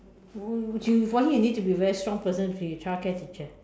would would you for you need to be very strong to be a childcare teacher